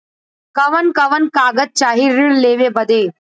कवन कवन कागज चाही ऋण लेवे बदे?